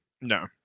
No